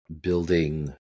building